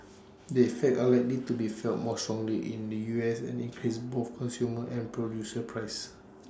the effects are likely to be felt more strongly in the U S and increase both consumer and producer prices